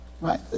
Right